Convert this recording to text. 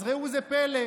אז ראו זה פלא,